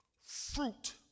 fruit